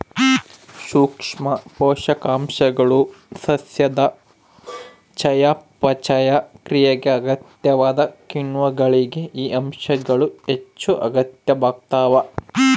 ಸೂಕ್ಷ್ಮ ಪೋಷಕಾಂಶಗಳು ಸಸ್ಯದ ಚಯಾಪಚಯ ಕ್ರಿಯೆಗೆ ಅಗತ್ಯವಾದ ಕಿಣ್ವಗಳಿಗೆ ಈ ಅಂಶಗಳು ಹೆಚ್ಚುಅಗತ್ಯವಾಗ್ತಾವ